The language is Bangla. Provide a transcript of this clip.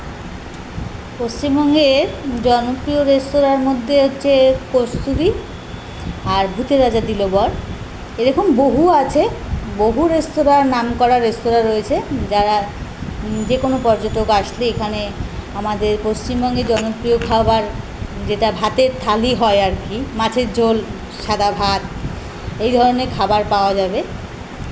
পশ্চিমবঙ্গে জনপ্রিয় রেস্তোরাঁর মধ্যে হচ্ছে কস্তুরি আর ভূতের রাজা দিলো বর এরকম বহু আছে বহু রেস্তোরাঁ নাম করা রেস্তোরাঁ রয়েছে যারা যে কোনো পর্যটক আসলে এখানে আমাদের পশ্চিমবঙ্গে জনপ্রিয় খাবার যেটা ভাতের থালি হয় আর কি মাছের ঝোল সাদা ভাত এই ধরনের খাবার পাওয়া যাবে